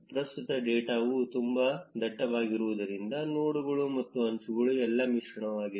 ಪ್ರಸ್ತುತ ಡೇಟಾವು ತುಂಬಾ ದಟ್ಟವಾಗಿರುವುದರಿಂದ ನೋಡ್ಗಳು ಮತ್ತು ಅಂಚುಗಳು ಎಲ್ಲಾ ಮಿಶ್ರಣವಾಗಿದೆ